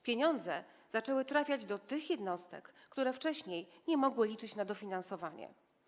Pieniądze zaczęły trafiać do tych jednostek, które wcześniej nie mogły liczyć na dofinansowanie.